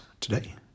today